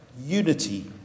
unity